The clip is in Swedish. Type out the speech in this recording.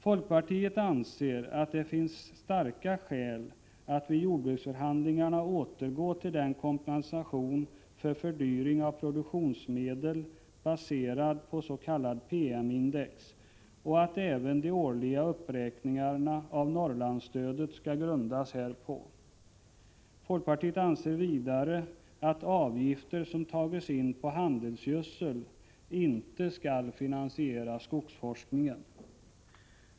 Folkpartiet anser att det finns starka skäl att vid jordbruksförhandlingarna återgå till kompensation för fördyring av produktionsmedel, baserad på s.k. PM-index, och att även de årliga uppräkningarna av Norrlandsstödet skall grundas härpå. Folkpartiet anser vidare att avgifter som har tagits in på handelsgödsel inte skall finansiera skogsforskningen.